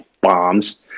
bombs